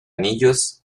anillos